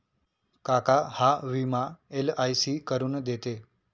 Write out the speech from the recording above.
काका हा विमा एल.आय.सी करून देते